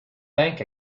bank